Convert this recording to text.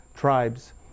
tribes